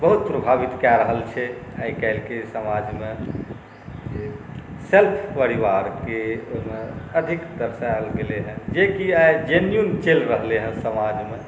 बहुत प्रभावित कऽ रहल छै आइकाल्हिके समाजमे जे सेल्फ परिवारके ओहिमे अधिक दर्शाएल गेलै हेँ जेकि आइ जेनविन चलि रहलै हेँ समाजमे